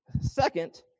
Second